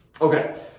Okay